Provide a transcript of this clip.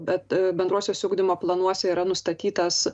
bet bendruosiuose ugdymo planuose yra nustatytas